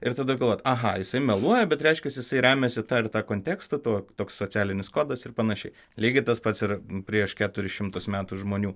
ir tada galvot aha jisai meluoja bet reiškiasi jisai remiasi ta ir ta kontekstu tuo toks socialinis kodas ir panašiai lygiai tas pats ir prieš keturis šimtus metų žmonių